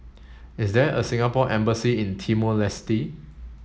is there a Singapore embassy in Timor Leste